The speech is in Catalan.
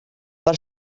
per